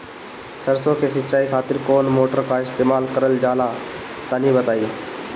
सरसो के सिंचाई खातिर कौन मोटर का इस्तेमाल करल जाला तनि बताई?